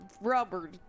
rubber